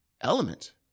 element